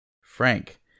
Frank